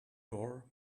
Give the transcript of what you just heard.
door